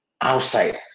outside